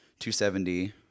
270